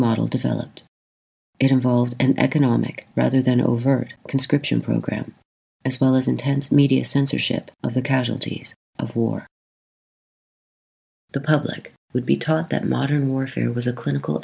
developed involved and economic rather than an overt conscription program as well as intense media censorship of the casualties of war the public would be taught that modern warfare was a clinical